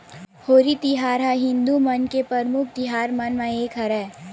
होरी तिहार ह हिदू मन के परमुख तिहार मन म एक हरय